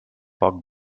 poc